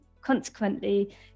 consequently